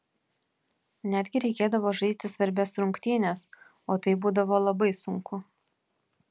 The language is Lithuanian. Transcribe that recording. netgi reikėdavo žaisti svarbias rungtynes o tai būdavo labai sunku